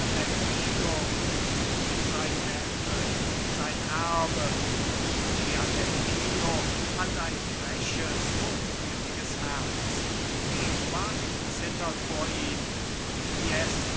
gianettino ist sein neffe sein erbe und gianettino hat ein freches hochmütiges herz genua zittert vor ihm und